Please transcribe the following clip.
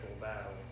battle